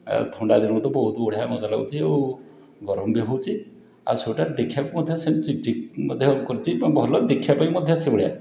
ଆଉ ଥଣ୍ଡା ଦିନକୁ ତ ବହୁତ ବଢ଼ିଆ ମଜା ଲାଗୁଛି ଆଉ ଗରମ ବି ହେଉଛି ଆଉ ସ୍ଵେଟର ଦେଖିବାକୁ ମଧ୍ୟ ସେମିତି ଚିକ୍ ଚିକ୍ ମଧ୍ୟ କରୁଛି ଭଲ ଦେଖିବା ପାଇଁ ମଧ୍ୟ ସେହିଭଳିଆ